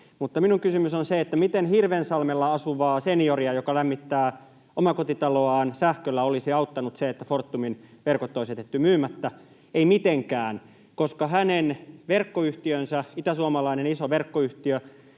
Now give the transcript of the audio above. Mutta minun kysymykseni on se, miten Hirvensalmella asuvaa senioria, joka lämmittää omakotitaloaan sähköllä, olisi auttanut se, että Fortumin verkot olisi jätetty myymättä. Ei mitenkään, koska hänen verkkoyhtiönsä — itäsuomalainen iso verkkoyhtiö,